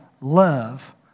love